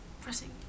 pressing